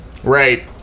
Right